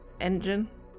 engine